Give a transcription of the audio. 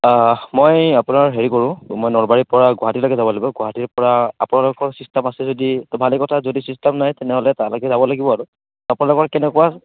মই আপোনাক হেৰি কৰোঁ মই নলবাৰীৰ পৰা গুৱাহাটীলৈকে যাব লাগিব গুৱাহাটীৰপৰা আপোনালোকৰ চিষ্টেম আছে যদি ত' ভালে কথা যদি চিষ্টেম নাই তেনেহ'লে তালৈকে যাব লাগিব আৰু আপোনালোকৰ কেনেকুৱা